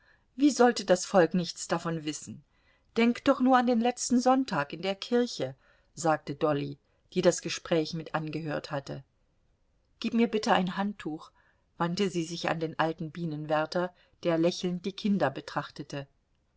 wie sollte das volk nichts davon wissen denk doch nur an den letzten sonntag in der kirche sagte dolly die das gespräch mit angehört hatte gib mir bitte ein handtuch wandte sie sich an den alten bienenwärter der lächelnd die kinder betrachtete